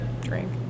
drink